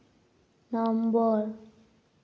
number